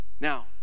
Now